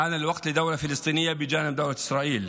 הגיע הזמן למדינה פלסטינית לצד מדינת ישראל.